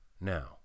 Now